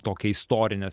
tokią istorinę